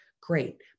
great